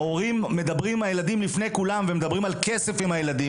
המורים מדברים עם הילדים לפני כולם ומדברים על כסף עם הילדים,